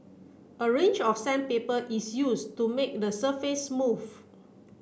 a range of sandpaper is used to make the surface smooth